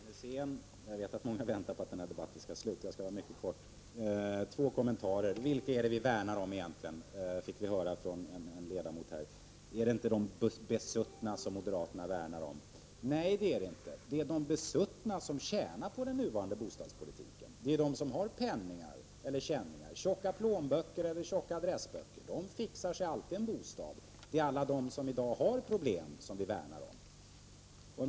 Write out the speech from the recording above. Herr talman! Timmen är sen, och jag vet att många väntar på att den här debatten skall sluta. Jag skall fatta mig mycket kort. Två kommentarer: Vilka är det vi värnar om egentligen? frågade en ledamot här. Är det inte de besuttna som moderaterna värnar om? Nej, det är det inte. Det är de besuttna som tjänar på den nuvarande bostadspolitiken. Det är de som har penningar eller känningar — tjocka plånböcker eller tjocka adressböcker. De fixar sig alltid en bostad. Det är alla de som i dag har problem som vi värnar om.